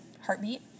heartbeat